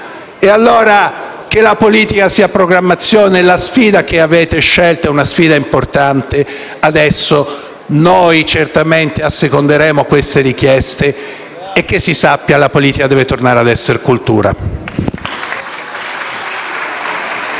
E allora, che la politica sia programmazione. La sfida che avete scelto è importante. Adesso noi certamente asseconderemo le richieste avanzate e si sappia che la politica deve tornare a essere cultura.